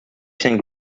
saint